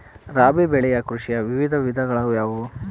ರಾಬಿ ಬೆಳೆ ಕೃಷಿಯ ವಿವಿಧ ವಿಧಗಳು ಯಾವುವು?